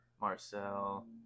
Marcel